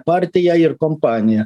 partija ir kompanija